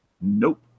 Nope